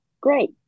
great